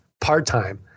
part-time